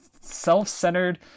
self-centered